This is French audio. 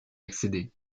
accéder